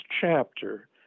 chapter